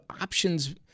options